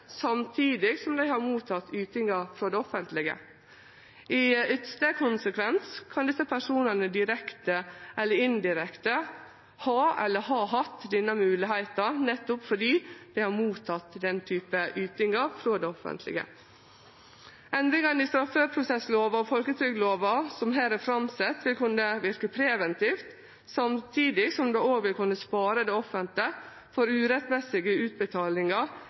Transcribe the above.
samtidig som dei har teke imot ytingar frå det offentlege. I ytste konsekvens kan desse personane direkte eller indirekte ha – eller ha hatt – denne moglegheita nettopp fordi dei har teke imot denne typen ytingar frå det offentlege. Endringane i straffeprosesslova og folketrygdlova som her er sette fram, vil kunne verke preventivt, samtidig som det òg vil kunne spare det offentlege for urettmessige utbetalingar